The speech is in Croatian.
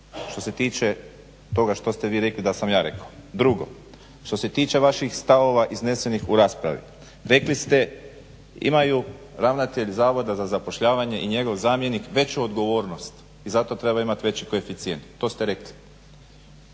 Što se tiče toga što ste vi rekli da sam ja rekao. Drugo, što se tiče vaših stavova iznesenih u raspravi, rekli ste imaju ravnatelj zavoda za zapošljavanje i njegov zamjenik veću odgovornost i zato treba imat veći koeficijent, to ste rekli.